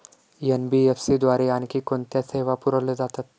NBFC द्वारे आणखी कोणत्या सेवा पुरविल्या जातात?